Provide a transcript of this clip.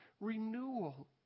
renewal